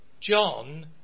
John